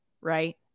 right